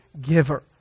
giver